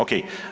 Ok.